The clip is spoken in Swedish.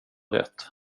rätt